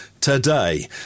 today